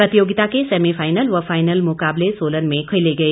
प्रतियोगिता के सेमीफाइनल व फाइनल मुकाबले सोलन में खेले गए